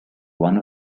one